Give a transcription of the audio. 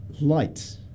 Light